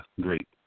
Great